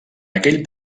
aquell